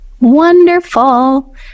Wonderful